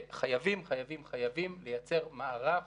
חייבים לייצר מערך